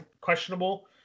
questionable